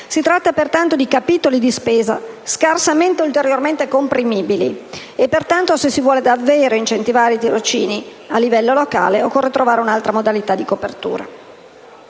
Si tratta pertanto di capitoli di spesa ben poco ulteriormente comprimibili; pertanto, se si vuole davvero incentivare il tirocini a livello locale occorre trovare un'altra modalità di copertura.